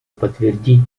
подтвердить